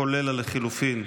כולל לחלופין,